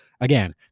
Again